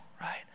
right